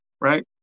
Right